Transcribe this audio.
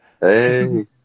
Hey